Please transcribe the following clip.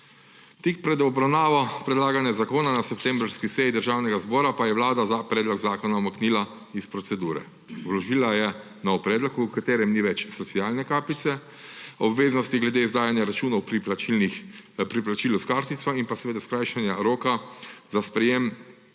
Tik pred obravnavo predlaganega zakona na septembrski seji Državnega zbora pa je Vlada predlog zakona umaknila iz procedure. Vložila je nov predlog, v katerem ni več socialne kapice, obveznosti glede izdajanja računov pri plačilu s kartico in pa seveda skrajšanja roka za sprejetje